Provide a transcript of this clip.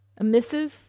Emissive